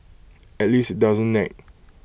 at least IT doesn't nag